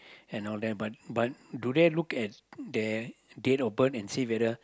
and all that but but do they look their date of birth and see whether